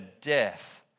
death